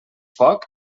foc